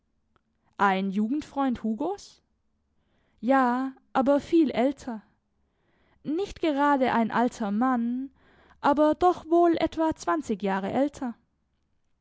ein jugendfreund hugos ja aber viel älter nicht gerade ein alter mann aber doch wohl etwa zwanzig jahre älter